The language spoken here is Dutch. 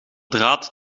draad